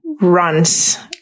runs